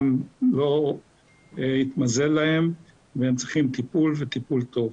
לא התמזל להם והם צריכים טיפול וטיפול טוב.